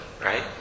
Right